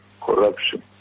corruption